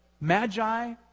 Magi